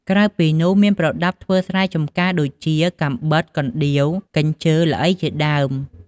ក្រៅពីនោះមានប្រដាប់ធ្វើស្រែចម្ការ ដូចជា កាំបិត កណ្ដៀវ កញ្ជើ ល្អី ជាដើម។